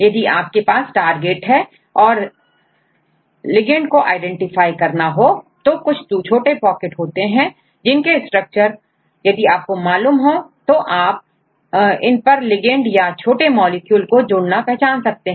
यदि आपके पास टारगेट है और लिगेंड को आईडेंटिफाई करना हो तो कुछ छोटे पॉकेट होते हैंजिनके स्ट्रक्चर यदि आपको मालूम हो तोआप इन पर लिगेंड या छोटे मॉलिक्यूल को जुड़ना पहचान सकते हैं